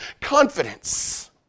confidence